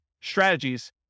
strategies